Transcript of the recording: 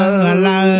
Hello